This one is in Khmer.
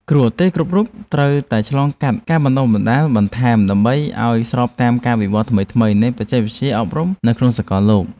គ្រូឧទ្ទេសគ្រប់រូបត្រូវតែឆ្លងកាត់ការបណ្តុះបណ្តាលបន្ថែមដើម្បីឱ្យស្របតាមការវិវត្តថ្មីៗនៃបច្ចេកវិទ្យាអប់រំនៅក្នុងសកលលោក។